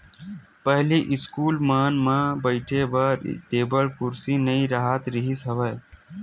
पहिली इस्कूल मन म बइठे बर टेबुल कुरसी नइ राहत रिहिस हवय